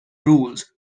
rules